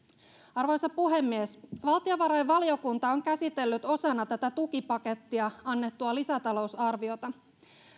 arvoisa puhemies valtiovarainvaliokunta on käsitellyt osana tätä tukipakettia annettua lisätalousarviota